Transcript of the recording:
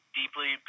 deeply